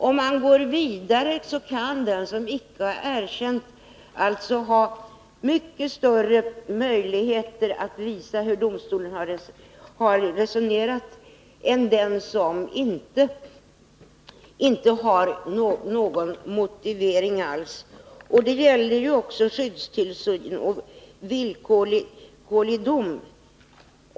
Om man går vidare finner man att den som icke har erkänt kan ha mycket större möjligheter att visa hur domstolen har resonerat än den som har erkänt. I hans fall finns ju inte någon motivering alls. Det gäller också domar om skyddstillsyn och i fråga om villkorlig dom.